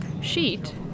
sheet